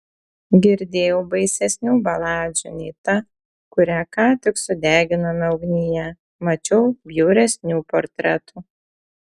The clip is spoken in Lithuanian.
girdėjau baisesnių baladžių nei ta kurią ką tik sudeginome ugnyje mačiau bjauresnių portretų